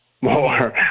more